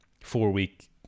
four-week